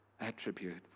attribute